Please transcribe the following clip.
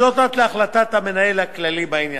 עד להחלטת המנהל הכללי בעניין.